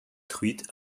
truites